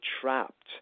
trapped